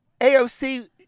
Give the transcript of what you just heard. AOC